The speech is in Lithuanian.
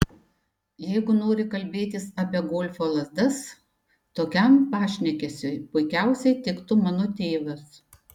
jeigu nori kalbėtis apie golfo lazdas tokiam pašnekesiui puikiausiai tiktų mano tėvas